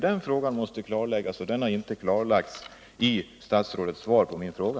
Den frågan kräver ett klarläggande, och det fanns inte i statsrådets svar på min fråga.